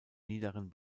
niederen